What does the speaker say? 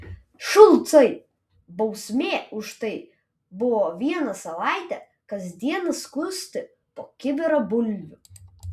šulcai bausmė už tai buvo vieną savaitę kas dieną skusti po kibirą bulvių